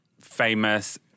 famous